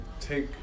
take